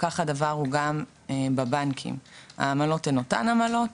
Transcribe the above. כך הדבר גם בבנקים, העמלות הן אותן עמלות